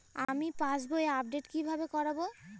আমি পাসবই আপডেট কিভাবে করাব?